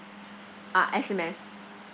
uh S_M_S